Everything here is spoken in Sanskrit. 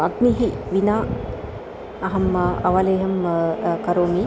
अग्निना विना अहम् अवलेहं करोमि